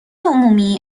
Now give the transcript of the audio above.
عمومی